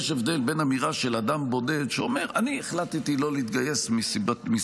יש הבדל בין אמירה של אדם בודד שאומר: אני החלטתי לא להתגייס מסיבותיי.